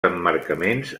emmarcaments